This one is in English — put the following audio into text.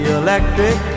electric